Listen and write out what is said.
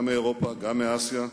גם מאירופה, גם מאסיה,